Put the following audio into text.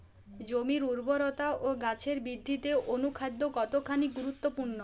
জমির উর্বরতা ও গাছের বৃদ্ধিতে অনুখাদ্য কতখানি গুরুত্বপূর্ণ?